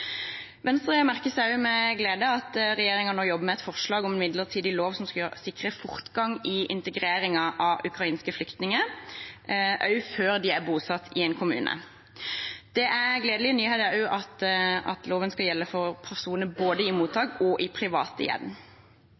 Venstre merker seg med glede at regjeringen nå jobber med et forslag om en midlertidig lov som skal sikre fortgang i integreringen av ukrainske flyktninger, også før de er bosatt i en kommune. Det er gledelige nyheter at loven skal gjelde for personer både i mottak og i